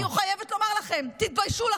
אני חייבת לומר לכם, תתביישו לכם.